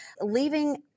leaving